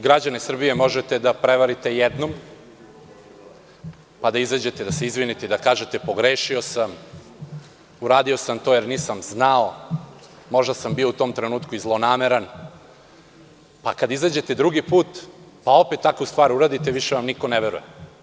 Građane Srbije možete da prevarite jednom, pa da izađete, da se izvinite i da kažete – pogrešio sam, uradio sam to jer nisam znao, možda sam bio u tom trenutku i zlonameran, ali kad izađete drugi put pa opet takvu stvar uradite, više vam niko ne veruje.